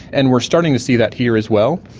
and we're starting to see that here as well,